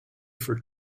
for